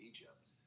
Egypt